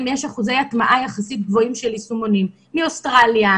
יש אחוזי הטעמה יחסית גבוהים של יישומונים מאוסטרליה,